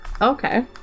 Okay